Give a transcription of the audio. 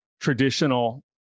traditional